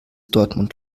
dortmund